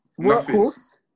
Workhorse